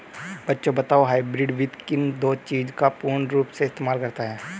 बच्चों बताओ हाइब्रिड वित्त किन दो चीजों का पूर्ण रूप से इस्तेमाल करता है?